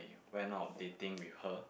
went out dating with her